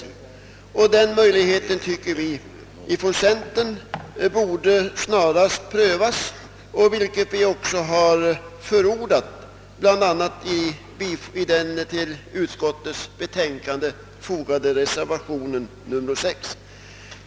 Från centerns sida tycker vi emellertid att möjligheten att använda investeringsfonderna i lokaliseringspolitiken snarast borde prövas, vilket vi också förordat bl.a. i den till utskottets betänkande fogade reservationen nr 6.